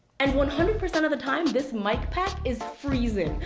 and one hundred percent of the time, this mic pack is freezing.